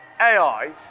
AI